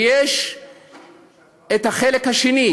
ויש החלק השני,